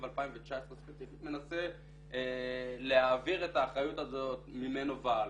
2019 ספציפית מנסה להעביר את האחריות הזאת ממנו והלאה.